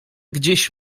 gdzieś